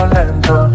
Lento